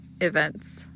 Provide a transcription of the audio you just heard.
events